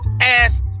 ass